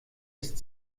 ist